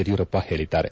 ಯಡಿಯೂರಪ್ಪ ಹೇಳಿದ್ದಾರೆ